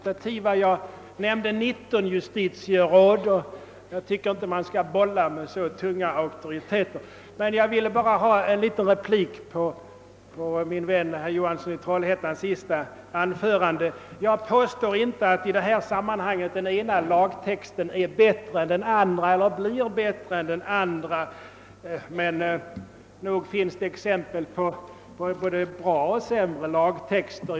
Själv refererade jag till inte mind re än 19 justitieråd, men jag tycker som sagt inte att man skall bolla med så tunga auktoriteter. Däremot vill jag något litet replikera min vän herr Johansson i Trollhättan. Jag påstår inte i detta sammanhang att den ena lagtexten blir bättre än den andra, men naturligtvis finns det bland våra lagar exempel på både bättre och sämre lagtexter.